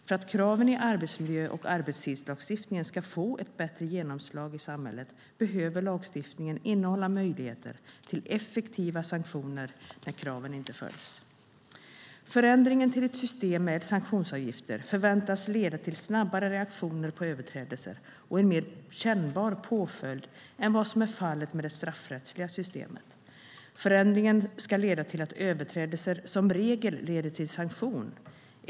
För att kraven i arbetsmiljö och arbetstidslagstiftningen ska få ett bättre genomslag i samhället behöver lagstiftningen innehålla möjligheter till effektiva sanktioner när kraven inte följs. Förändringen till ett system med sanktionsavgifter förväntas leda till snabbare reaktioner på överträdelser och en mer kännbar påföljd än vad som är fallet med det straffrättsliga systemet. Förändringen ska leda till att överträdelser som regel leder till sanktion.